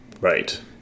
Right